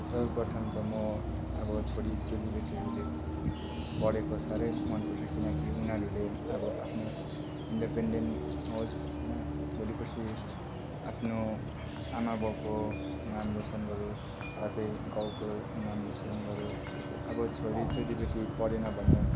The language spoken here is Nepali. सर्वप्रथम त म अब छोरी चेलीबेटीहरूले पढेको साह्रै मनपर्छ किनकि उनीहरूले अब आफ्नो इन्डिपेनडेन्ट होस् होइन भोलिपर्सि आफ्नो आमाबाउको नाम रोसन गरोस् साथै गाउँको नाम रोसन गरोस् अब छोरी चेलीबेटी पढेन भने